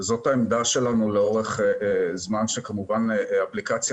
העמדה שלנו לאורך הזמן היא שאפליקציה